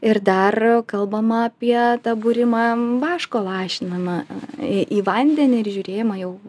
ir dar kalbama apie tą būrimą vaško lašinimą į vandenį ir žiūrėjimą jau